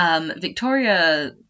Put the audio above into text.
Victoria